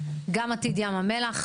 גם עתיד ים המלח,